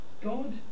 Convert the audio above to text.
God